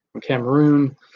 Cameroon